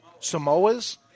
Samoas